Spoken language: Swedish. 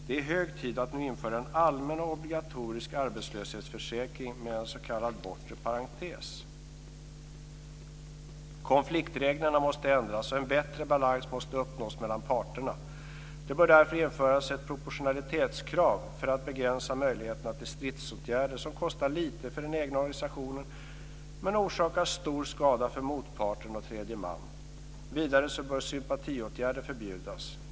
Det är hög tid att nu införa en allmän och obligatorisk arbetslöshetsförsäkring med en s.k. bortre parentes. Konfliktreglerna måste ändras och en bättre balans måste uppnås mellan parterna. Det bör därför införas ett proportionalitetskrav för att begränsa möjligheterna till stridsåtgärder som kostar lite för den egna organisationen men som orsakar stor skada för motparten och tredje man. Vidare bör sympatiåtgärder förbjudas.